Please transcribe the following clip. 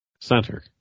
Center